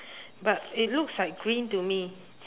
but it looks like green to me